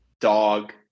dog